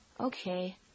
Okay